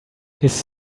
his